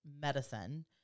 medicine